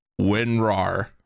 WinRAR